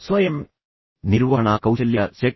ಸ್ವಯಂ ನಿರ್ವಹಣಾ ಕೌಶಲ್ಯ ಸೆಟ್